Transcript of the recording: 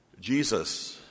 Jesus